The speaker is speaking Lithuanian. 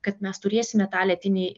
kad mes turėsime tą lėtinį